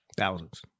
Thousands